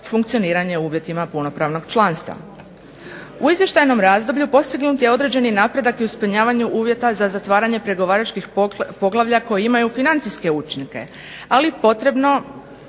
funkcioniranje u uvjetima punopravnog članstva. U izvještajnom razdoblju postignut je određeni napredak i u ispunjavanju uvjeta za zatvaranje pregovaračkih poglavlja koje imaju financijske učinke, ali potrebno